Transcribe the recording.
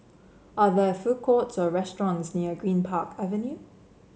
are there food courts or restaurants near Greenpark Avenue